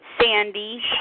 Sandy